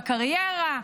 בקריירה.